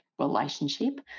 relationship